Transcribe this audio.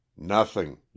Nothing